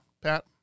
Pat